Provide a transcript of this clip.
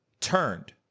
turned